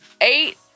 eight